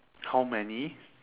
how many